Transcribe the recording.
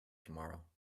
tomorrow